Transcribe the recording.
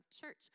church